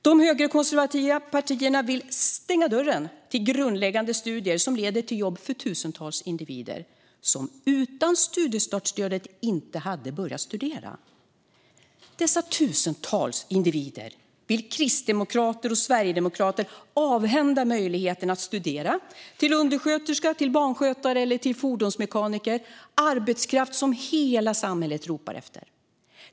De högerkonservativa partierna vill stänga dörren till grundläggande studier som leder till jobb för tusentals individer som utan studiestartsstödet inte hade börjat studera. Dessa tusentals individer vill kristdemokrater och sverigedemokrater avhända möjligheten att studera till undersköterska, till barnskötare eller till fordonsmekaniker - arbetskraft som hela samhället ropar efter.